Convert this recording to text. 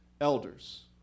elders